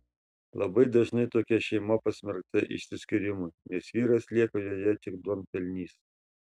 labai dažnai tokia šeima pasmerkta išsiskyrimui nes vyras lieka joje tik duonpelnys